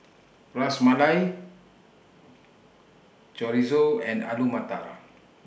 Ras Malai Chorizo and Alu Matar